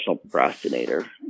procrastinator